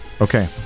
Okay